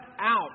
out